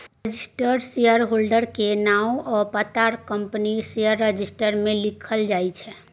registered shareholder केर नाओ आ पता कंपनीक शेयर रजिस्टर मे लिखल जाइ छै